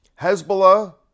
Hezbollah